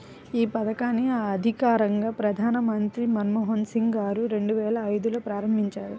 యీ పథకాన్ని అధికారికంగా ప్రధానమంత్రి మన్మోహన్ సింగ్ గారు రెండువేల ఐదులో ప్రారంభించారు